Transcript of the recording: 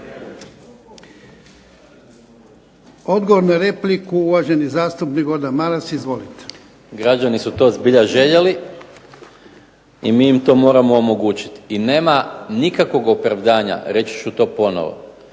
Odgovor na repliku uvaženi zastupnik Gordan Maras. Izvolite. **Maras, Gordan (SDP)** Građani su to zbilja željeli i mi im to moramo omogućiti. I nema nikakvog opravdanja, reći ću to ponovno,